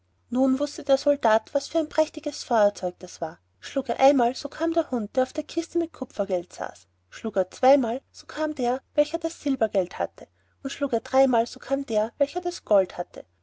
nun wußte der soldat was für ein prächtiges feuerzeug das war schlug er einmal so kam der hund der auf der kiste mit kupfergeld saß schlug er zweimal so kam der welcher das silbergeld hatte und schlug er dreimal so kam der welcher das gold hatte